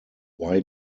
why